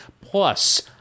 plus